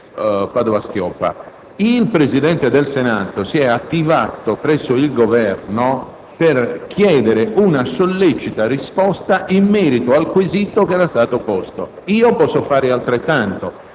Padoa-Schioppa. Il Presidente del Senato si è attivato presso il Governo per chiedere una sollecita risposta in merito al quesito che era stato posto; posso fare altrettanto